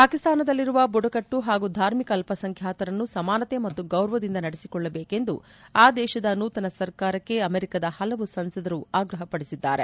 ಪಾಕಿಸ್ತಾನದಲ್ಲಿರುವ ಬುಡಕಟ್ಟು ಮತ್ತು ಧಾರ್ಮಿಕ ಅಲ್ಲಸಂಖ್ಯಾತರನ್ನು ಸಮಾನತೆ ಮತ್ತು ಗೌರವದಿಂದ ನಡೆಸಿಕೊಳ್ಳಬೇಕೆಂದು ಆ ದೇಶದ ನೂತನ ಸರ್ಕಾರಕ್ಕೆ ಅಮೆರಿಕದ ಹಲವು ಸಂಸದರು ಆಗ್ರಹಪಡಿಸಿದ್ದಾರೆ